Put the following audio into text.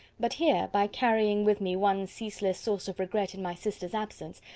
but here, by carrying with me one ceaseless source of regret in my sister's absence,